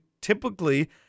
typically